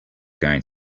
going